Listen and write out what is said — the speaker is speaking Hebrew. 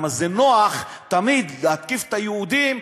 כי זה נוח תמיד להתקיף את היהודים,